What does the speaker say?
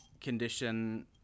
condition